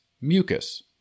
mucus